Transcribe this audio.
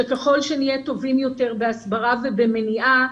שככל שנהיה טובים יותר בהסברה ובמניעה,